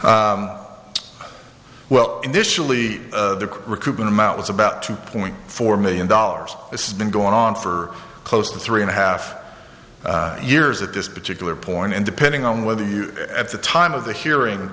well initially the recruitment amount was about two point four million dollars it's been going on for close to three and a half years at this particular point and depending on whether you at the time of the hearing